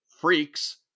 Freaks